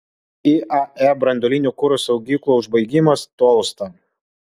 iae branduolinio kuro saugyklų užbaigimas tolsta